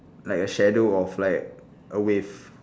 like a shadow of like a wave